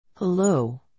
Hello